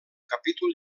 capítol